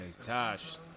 Tosh